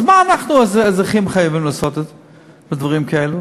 אז מה אנחנו, האזרחים, חייבים לעשות בדברים כאלו